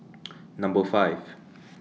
Number five